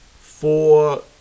four